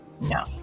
No